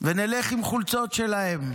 ונלך עם חולצות שלהם,